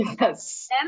Yes